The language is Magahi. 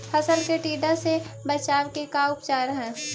फ़सल के टिड्डा से बचाव के का उपचार है?